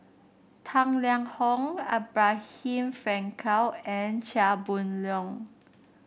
Tang Liang Hong Abraham Frankel and Chia Boon Leong